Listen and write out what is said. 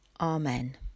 Amen